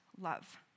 love